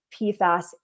PFAS